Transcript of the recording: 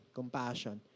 Compassion